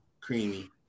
Creamy